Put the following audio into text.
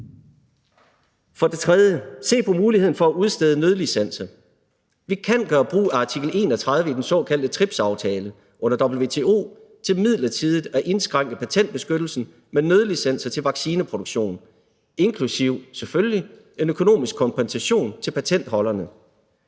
Som det tredje kan man se på muligheden for at udstede nødlicenser. Vi kan gøre brug af artikel 31 i den såkaldte TRIPS-aftale under WTO til midlertidigt at indskrænke patentbeskyttelsen med nødlicenser til vaccineproduktion, inklusive selvfølgelig en økonomisk kompensation til patenthaverne.